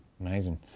Amazing